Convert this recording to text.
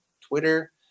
twitter